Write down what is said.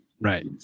Right